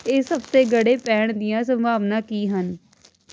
ਇਸ ਹਫ਼ਤੇ ਗੜੇ ਪੈਣ ਦੀਆਂ ਸੰਭਾਵਨਾ ਕੀ ਹਨ